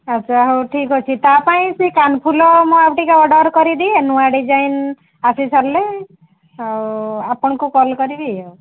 ଆଚ୍ଛା ହେଉ ଠିକ ଅଛି ତା' ପାଇଁ ସେ କାନଫୁଲ ମୁଁ ଆଉ ଟିକିଏ ଅର୍ଡ଼ର କରିଦିଏ ନୂଆ ଡିଜାଇନ୍ ଆସି ସାରିଲେ ଆଉ ଆପଣଙ୍କୁ କଲ୍ କରିବି ଆଉ